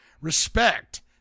Respect